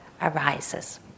arises